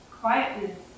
Quietness